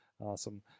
Awesome